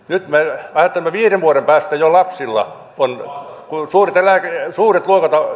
nyt kun me ajattelemme viiden vuoden päähän niin silloin jo lapsilla on kun suuret